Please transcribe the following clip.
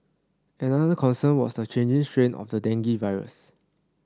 another concern was the changing strain of the dengue virus